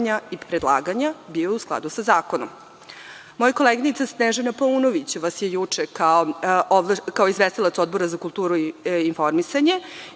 i predlaganja bio u skladu sa zakonom. Moja koleginica Snežana Paunović vas je juče kao izvestilac Odbora za kulturu i informisanje